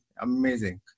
amazing